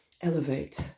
Elevate